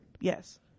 Yes